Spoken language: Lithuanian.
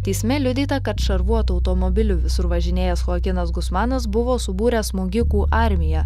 teisme liudyta kad šarvuotu automobiliu visur važinėjęs choakinas gusmanas buvo subūręs smogikų armiją